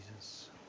Jesus